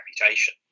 reputation